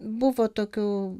buvo tokių